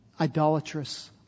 idolatrous